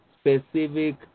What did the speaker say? specific